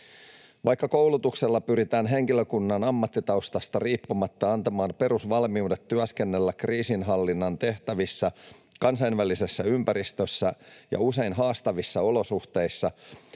Vaikka koulutuksella pyritään henkilökunnan ammattitaustasta riippumatta antamaan perusvalmiudet työskennellä kriisinhallinnan tehtävissä kansainvälisessä ympäristössä ja usein haastavissa olosuhteissa,